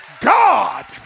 God